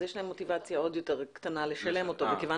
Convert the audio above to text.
אז יש להם מוטיבציה עוד יותר קטנה לשלם אותו וכיוון